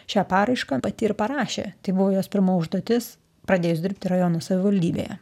šią paraišką pati ir parašė tai buvo jos pirma užduotis pradėjus dirbti rajono savivaldybėje